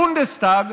הבונדסטג,